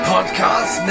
Podcast